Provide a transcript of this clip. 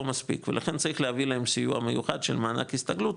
מספיק ולכן צריך להביא להם סיוע מיוחד של מענק הסתגלות,